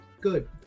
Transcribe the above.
Good